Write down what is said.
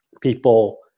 people